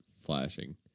flashing